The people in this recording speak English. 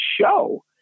show